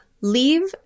leave